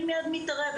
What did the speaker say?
אני מיד מתערבת.